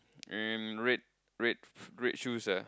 and red red red shoes ah